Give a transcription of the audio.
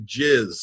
jizz